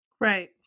Right